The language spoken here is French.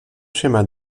schéma